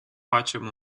facem